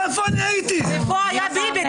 איפה היה ביבי?